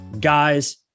Guys